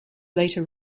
later